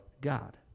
God